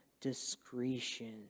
discretion